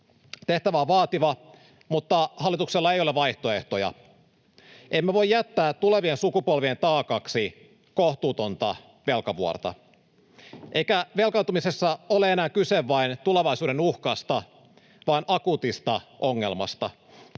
Tehtävä on vaativa, mutta hallituksella ei ole vaihtoehtoja. Emme voi jättää tulevien sukupolvien taakaksi kohtuutonta velkavuorta. Eikä velkaantumisessa ole enää kyse vain tulevaisuuden uhkasta vaan akuutista ongelmasta.